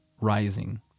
rising